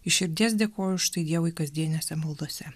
iš širdies dėkoju už tai dievui kasdienėse maldose